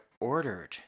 ordered